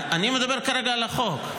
כרגע אני מדבר על החוק,